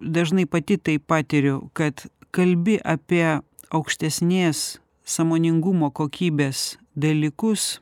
dažnai pati tai patiriu kad kalbi apie aukštesnės sąmoningumo kokybės dalykus